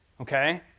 Okay